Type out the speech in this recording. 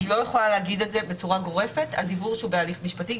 אני לא יכולה להגיד את זה בצורה גורפת על דיוור שהוא בהליך משפטי